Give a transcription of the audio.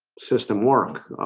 system work